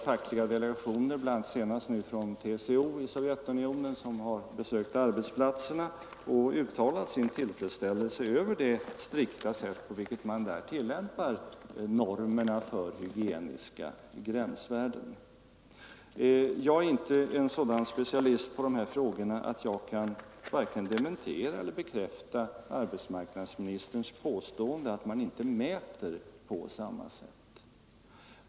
Fackliga delegationer, nu senast från TCO, som varit i Sovjetunionen och besökt arbetsplatserna där har uttalat sin tillfredsställelse över det strikta sätt på vilket man där tillämpar normerna för hygieniska gränsvärden. Jag är inte en sådan specialist på dessa frågor att jag vare sig kan dementera eller bekräfta arbetsmarknadsministerns påstående att man där inte mäter på samma sätt.